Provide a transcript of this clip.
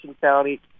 County